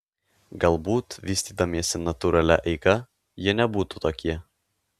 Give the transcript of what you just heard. galbūt vystydamiesi natūralia eiga jie nebūtų tokie